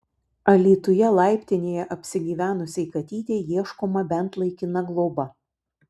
alytuje laiptinėje apsigyvenusiai katytei ieškoma bent laikina globa